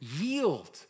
Yield